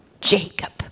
Jacob